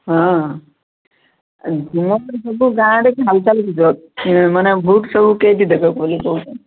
ହଁ ଗାଁ ଆଡ଼େ ହାଲ୍ ଚାଲ୍ କି ଅଛି ମାନେ ଭୋଟ୍ ସବୁ କିଏ କିଏ ଦେବେ ବେଲି କହୁଛନ୍ତି